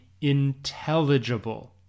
intelligible